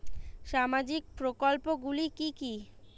সামাজিক প্রকল্পগুলি কি কি?